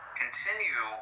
continue